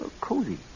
cozy